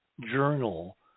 journal